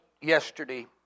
yesterday